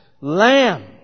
Lamb